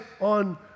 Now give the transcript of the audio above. on